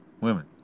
Women